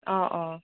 অ' অ'